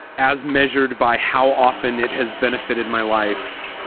as measured by how often it has benefited my life,